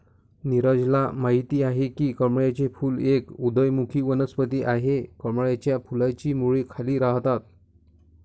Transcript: नीरजल माहित आहे की कमळाचे फूल एक उदयोन्मुख वनस्पती आहे, कमळाच्या फुलाची मुळे खाली राहतात